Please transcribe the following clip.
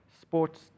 sports